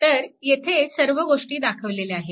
तर येथे सर्व गोष्टी दाखवलेल्या आहेत